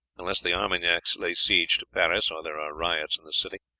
unless the armagnacs lay siege to paris or there are riots in the city.